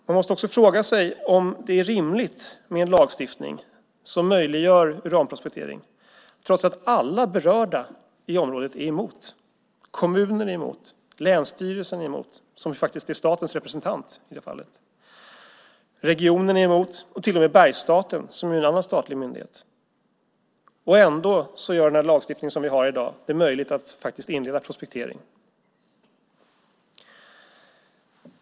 Man måste också fråga sig om det är rimligt med en lagstiftning som möjliggör uranprospektering trots att alla berörda i området är emot. Kommunen är emot. Länsstyrelsen, som faktiskt är statens representant i det fallet, är emot. Regionen är emot och till och med Bergsstaten, som är en annan statlig myndighet, är emot. Ändå gör den lagstiftning som vi har i dag det möjligt att faktiskt inleda prospektering.